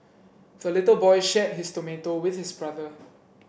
the little boy shared his tomato with his brother